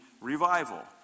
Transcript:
revival